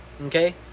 Okay